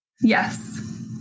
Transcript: Yes